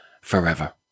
forever